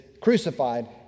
crucified